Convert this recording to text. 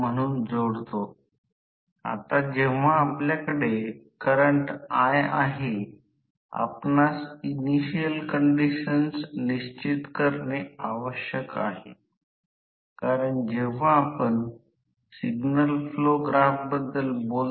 तरंगचा एक फ्लक्स प्रति ध्रुव फय r ज्यामुळे परिणामी फ्लक्स घनतेच्या असलेल्या फ्लक्स ला स्टेटर mmf ला केवळ टर्मिनल व्होल्टेज मध्ये संतुलित ठेवण्यास प्रवृत्त करते कारण आता रोटर विद्युत प्रवाह चालू आहे